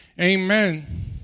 Amen